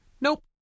Nope